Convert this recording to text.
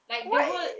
like the whole